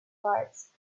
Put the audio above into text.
parts